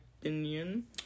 opinion